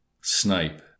snipe